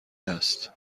است